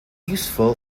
useful